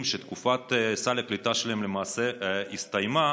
שתקופת סל הקליטה שלהם למעשה הסתיימה,